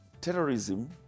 terrorism